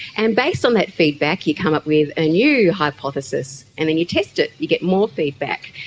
and based on that feedback you come up with a new hypothesis and then you test it, you get more feedback.